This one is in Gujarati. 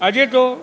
આજે તો